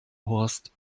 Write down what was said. horst